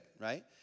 right